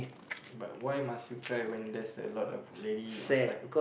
but why must you cry when there's a lot of lady outside